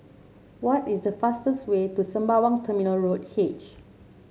what is the fastest way to Sembawang Terminal Road H